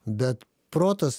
bet protas